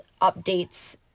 updates